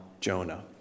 Jonah